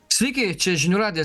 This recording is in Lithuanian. sveiki čia žinių radijas